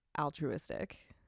altruistic